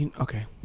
Okay